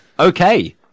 Okay